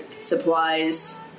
supplies